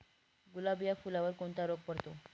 गुलाब या फुलावर कोणता रोग पडतो?